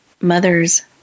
mother's